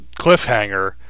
cliffhanger